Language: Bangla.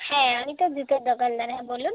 হ্যাঁ আমি তো জুতোর দোকানদার হ্যাঁ বলুন